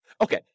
Okay